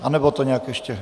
Anebo to nějak ještě...